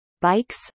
bikes